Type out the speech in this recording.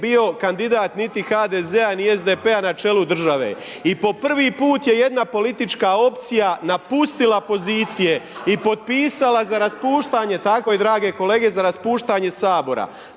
bio kandidat niti HDZ-a ni SDP-a na čelu države i po prvi put je jedna politička opcija napustila pozicije i potpisala za raspuštanje, tako je drage kolege, za raspuštanje Sabora.